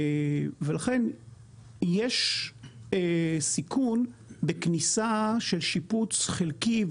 ולכן יש סיכון בכניסה של שיפוץ חלקי,